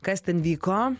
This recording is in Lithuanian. kas ten vyko